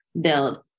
build